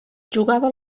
jugava